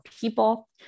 people